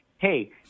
hey